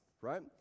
right